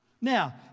Now